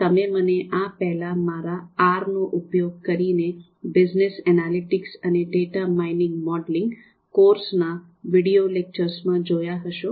તમે મને આ પેહલા મારા આરનો ઉપયોગ કરીને બિઝનેસ એનાલિટિક્સ અને data mining modelling "Business Analytics and Data Mining Modeling using R" કોર્સના વિડિઓ લેક્ચર્સમાં જોયા હશો